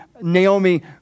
Naomi